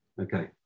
Okay